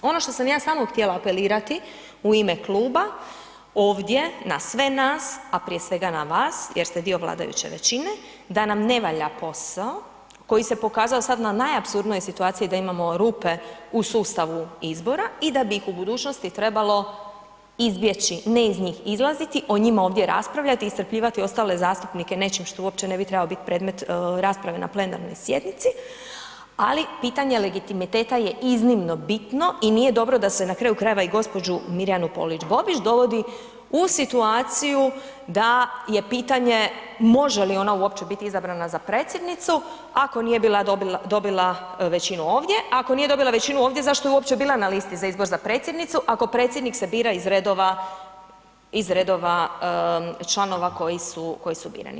Ono što sam ja samo htjela apelirati u ime kluba ovdje na sve nas, a prije svega na vas jer ste dio vladajuće većine da nam ne valja posao koji se pokazao sad na najapsurdnijoj situaciji da imamo rupe u sustavu izbora i da bi ih u budućnosti trebalo izbjeći, ne iz njih izlaziti, o njima ovdje raspravljati, iscrpljivati ostale zastupnike nečim što uopće ne bi trebalo predmet rasprave na plenarnoj sjednici ali pitanje legitimiteta iznimno bitno i nije dobro da se na kraju krajeva i gđu. Polić Bobić dovodi u situaciju da je pitanje može li ona uopće biti izabrana za predsjednicu ako nije dobila većinu ovdje, ako nije dobila većinu ovdje, zašto je uopće bila na listi za izbor za predsjednicu ako predsjednik se bira iz redova članova koji su birani.